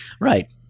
Right